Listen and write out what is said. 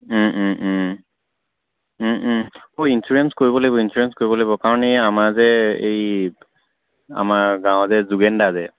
insurance কৰিব লাগিব insurance কৰিব লাগিব কাৰণ এই আমাৰ যে এই আমাৰ গাঁৱৰ যে যোগেন দা যে